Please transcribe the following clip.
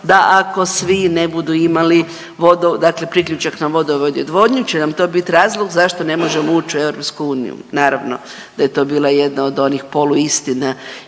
da ako svi ne budu imali vodu, dakle priključak na vodovod i odvodnju će nam to bit razlog zašto ne možemo uć u EU, naravno da je to bila jedna od onih poluistina